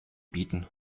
bieten